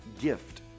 gift